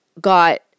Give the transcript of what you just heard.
got